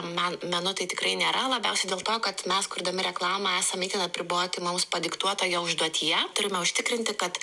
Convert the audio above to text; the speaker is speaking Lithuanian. men menu tai tikrai nėra labiausiai dėl to kad mes kurdami reklamą esam itin apriboti mums padiktuotoje užduotyje turime užtikrinti kad